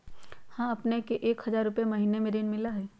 हां अपने के एक हजार रु महीने में ऋण मिलहई?